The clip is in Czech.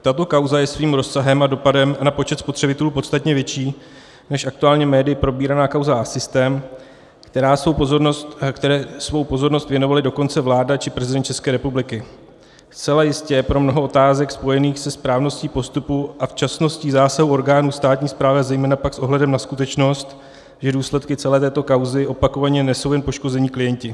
Tato kauza je svým rozsahem a dopadem na počet spotřebitelů podstatně větší, než aktuálně médii propíraná kauza HSystém, které svou pozornost věnovali dokonce vláda či prezident České republiky, zcela jistě pro mnoho otázek spojených se správností postupů a včasností zásahů orgánů státní správy, a zejména pak s ohledem na skutečnost, že důsledky celé této kauzy opakovaně nesou jen poškození klienti.